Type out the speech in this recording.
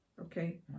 okay